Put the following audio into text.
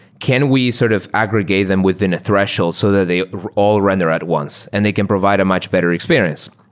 can we sort of aggregate them within a threshold so that they all render at once and they can provide a much better experience?